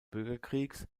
bürgerkriegs